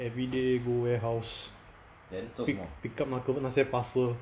everyday go warehouse pick pick up 那个那些 parcel